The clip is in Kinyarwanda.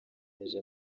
yemeje